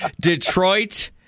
Detroit